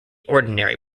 ordinary